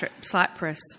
Cyprus